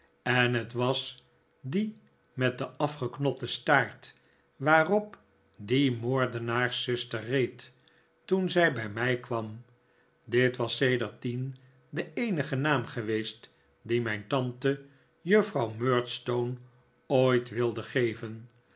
en het was die met den afgeknotten staart waarop die moordenaarszuster reed toen zij bij mij kwam dit was sedertdien de eenige naam geweest dien mijn tante juffrouw murdstone ooit wilde geven